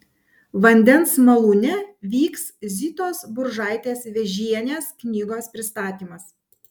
vandens malūne vyks zitos buržaitės vėžienės knygos pristatymas